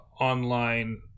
online